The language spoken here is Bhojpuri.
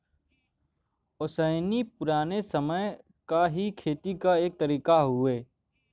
ओसैनी पुराने समय क ही खेती क तरीका हउवे